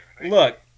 look